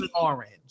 orange